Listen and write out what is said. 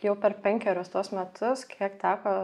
jau per penkerius tuos metus kiek teko